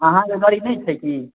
आहाँके गाड़ी नहि छै कि